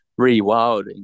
rewilding